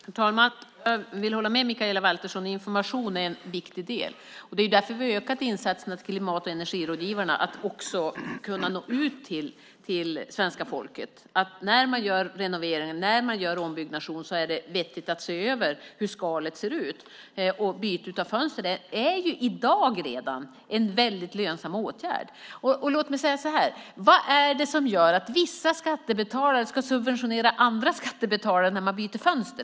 Herr talman! Jag vill hålla med Mikaela Valtersson om att information är viktig. Det är därför vi har ökat insatserna till klimat och energirådgivarna att också nå ut till svenska folket. När de renoverar och bygger om är det vettigt att se över hur skalet ser ut. Byte av fönster är redan i dag en lönsam åtgärd. Vad är det som gör att vissa skattebetalare ska subventionera andra skattebetalare när de byter fönster?